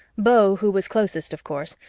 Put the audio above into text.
beau, who was closest of course,